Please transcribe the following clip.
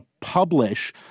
publish